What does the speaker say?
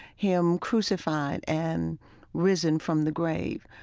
him crucified and risen from the grave.